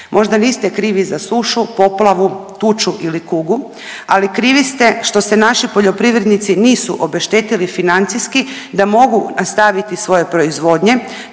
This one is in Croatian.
Možda niste krivi za sušu, poplavu, tuču ili kugu, ali krivi ste što se naši poljoprivrednici nisu obeštetili financijski da mogu nastaviti svoje proizvodnje